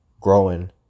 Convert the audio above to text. Growing